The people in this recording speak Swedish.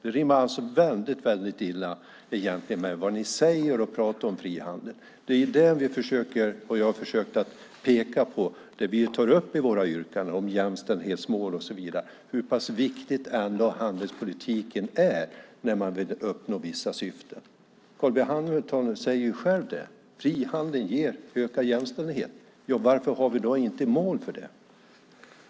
Detta rimmar egentligen väldigt illa med vad ni säger när ni pratar om frihandel. Det är detta vi har försökt säga och tar upp i våra yrkanden om jämställdhetsmål och så vidare. Vi vill framhålla hur viktig handelspolitiken är när man vill uppnå vissa syften. Carl B Hamilton säger själv att frihandel ger ökad jämställdhet. Varför har vi då inte mål för det?